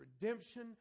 redemption